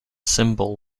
symbol